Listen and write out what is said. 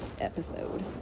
episode